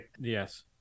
Yes